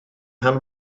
gaan